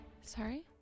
Sorry